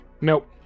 nope